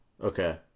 Okay